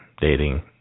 dating